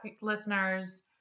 listeners